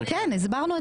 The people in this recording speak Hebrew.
עליה.